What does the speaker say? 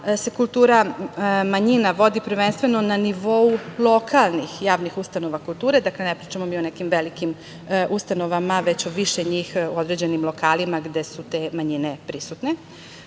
se kultura manjina vodi prvenstveno na nivou lokalnih javnih ustanova kulture, dakle ne pričamo mi o nekim velikim ustanovama, već o više njih u određenim lokalima gde su te manjine prisutne.